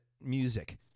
music